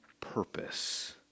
purpose